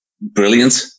brilliant